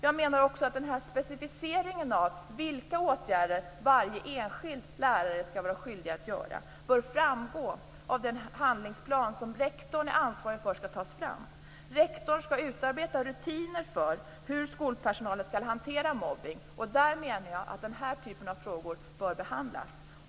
Jag menar också att den här specificeringen av vilka åtgärder varje enskild lärare skall vara skyldig att vidta bör framgå av den handlingsplan som rektorn är ansvarig för att ta fram. Rektorn skall utarbeta rutiner för hur skolpersonalen skall hantera mobbning, och där menar jag att den här typen av frågor bör behandlas.